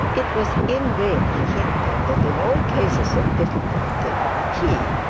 it was in vain he hinted that in all cases of difficulty he,